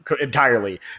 entirely